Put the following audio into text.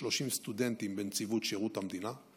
וכ-30 סטודנטים בנציבות שירות המדינה.